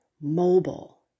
mobile